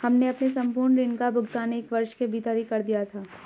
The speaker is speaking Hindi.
हमने अपने संपूर्ण ऋण का भुगतान एक वर्ष के भीतर ही कर दिया था